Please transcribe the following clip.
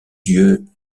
dieu